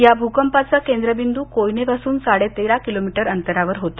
या भ्रकंपाचा केंद्र बिंद् कोयनेपासून साडे तेरा किलो मीटर अंतरावर होता